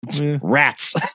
rats